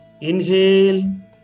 Inhale